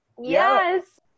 Yes